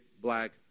black